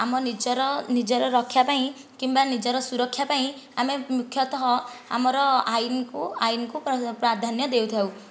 ଆମ ନିଜର ନିଜର ରକ୍ଷା ପାଇଁ କିମ୍ବା ନିଜର ସୁରକ୍ଷା ପାଇଁ ଆମେ ମୁଖ୍ୟତଃ ଆମର ଆଇନ କୁ ଆଇନକୁ ପ୍ରାଧାନ୍ୟ ଦେଉଥାଉ